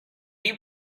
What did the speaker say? you